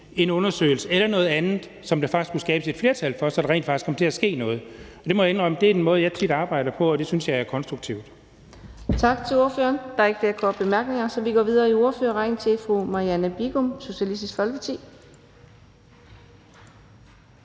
en undersøgelse eller noget andet, som der faktisk kunne skabes et flertal for, så der rent faktisk kom til at ske noget. Det må jeg indrømme er en måde, jeg tit arbejder på, og det synes jeg er konstruktivt. Kl. 15:02 Fjerde næstformand (Karina Adsbøl): Tak til ordføreren. Der er ikke flere korte bemærkninger, så vi går videre i ordførerrækken til fru Marianne Bigum, Socialistisk Folkeparti.